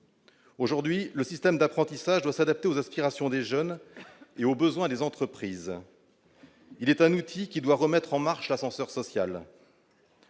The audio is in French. aujourd'hui le système d'apprentissage, de s'adapter aux aspirations des jeunes et aux besoins des entreprises. Il est un outil qui doit remettre en marche ascenseur social,